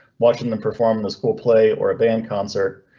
watching them perform the school play or a band concert.